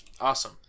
Awesome